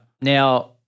Now